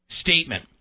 statement